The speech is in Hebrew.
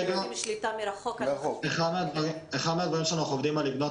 מפעילים שליטה מרחוק --- אחד הדברים שאנחנו עובדים לבנות